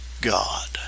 God